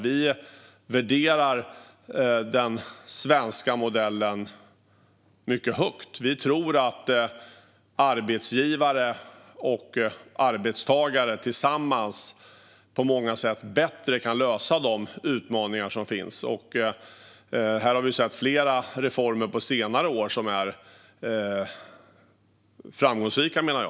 Vi värderar den svenska modellen mycket högt. Vi tror att arbetsgivare och arbetstagare tillsammans många gånger bättre kan möta de utmaningar som finns, och vi har sett flera framgångsrika reformer på senare år.